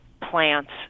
plants